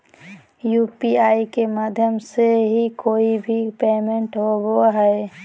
UPI के माध्यम से ही कोय भी पेमेंट होबय हय